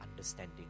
Understanding